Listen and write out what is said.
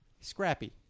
Scrappy